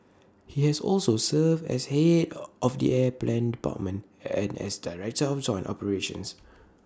he has also served as Head of the airplan department and as director of joint operations